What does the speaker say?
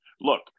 look